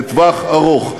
לטווח ארוך.